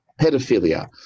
Pedophilia